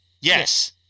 Yes